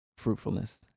Fruitfulness